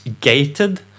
gated